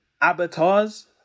avatars